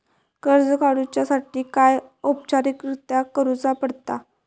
कर्ज काडुच्यासाठी काय औपचारिकता करुचा पडता?